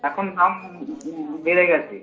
এখন দাম বেড়ে গেছে